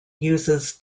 uses